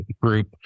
group